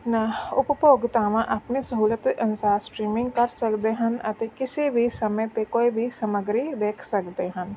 ਨ ਉਪਭੋਗਤਾਵਾਂ ਆਪਣੀ ਸਹੂਲਤ ਅਨੁਸਾਰ ਸਟ੍ਰੀਮਿੰਗ ਕਰ ਸਕਦੇ ਹਨ ਅਤੇ ਕਿਸੇ ਵੀ ਸਮੇਂ 'ਤੇ ਕੋਈ ਵੀ ਸਮੱਗਰੀ ਦੇਖ ਸਕਦੇ ਹਨ